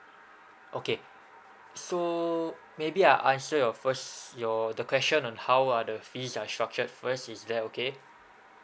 okay so maybe I answer your first your the question on how are the fees are structured first is that okay